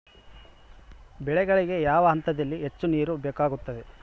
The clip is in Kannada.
ಬೆಳೆಗಳಿಗೆ ಯಾವ ಹಂತದಲ್ಲಿ ಹೆಚ್ಚು ನೇರು ಬೇಕಾಗುತ್ತದೆ?